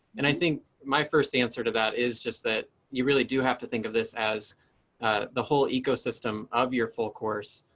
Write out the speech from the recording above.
and i think my first answer to that is just that you really do have to think of this as the whole ecosystem of your full course.